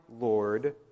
Lord